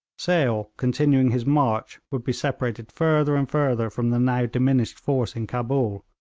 sale, continuing his march, would be separated further and further from the now diminished force in cabul,